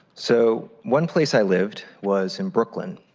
so one place i lived was in brooklyn.